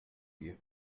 you